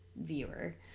viewer